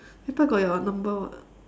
paper got your number [what]